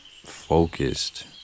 focused